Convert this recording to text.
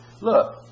Look